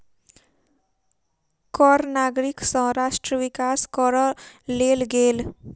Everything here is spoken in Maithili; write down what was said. कर नागरिक सँ राष्ट्र विकास करअ लेल गेल